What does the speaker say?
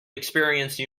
experience